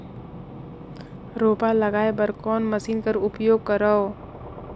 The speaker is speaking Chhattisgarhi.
रोपा लगाय बर कोन मशीन कर उपयोग करव?